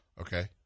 Okay